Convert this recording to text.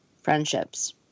friendships